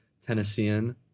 Tennessean